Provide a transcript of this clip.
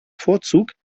vorzug